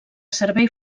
servei